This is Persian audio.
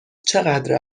چقدر